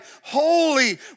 holy